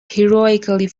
heroically